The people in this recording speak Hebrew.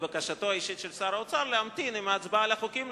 לבקשתו האישית של שר האוצר להמתין עם ההצבעה על החוקים,